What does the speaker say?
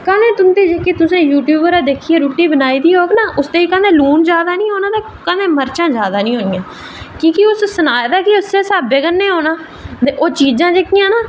ते जेह्ड़ी तुसें यूट्यूब पर दिक्खियै रुट्टी बनाई दी होग तां कदें बी लून जादै निं होना ते कदें मर्चां जादै निं होनि्यां कि उस सनाए दा गै उस स्हाबै दा होना ते ओह् चीज़ां जेह्कियां ना